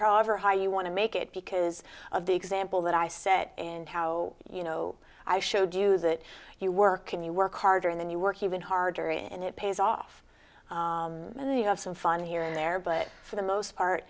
however high you want to make it because of the example that i said and how you know i showed you that you work and you work harder and then you work even harder and it pays off and you have some fun here and there but for the most part